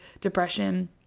depression